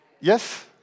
Yes